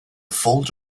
fold